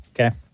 Okay